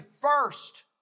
first